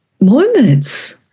moments